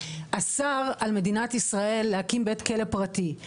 אסר על מדינת ישראל להקים בית כלא פרטי,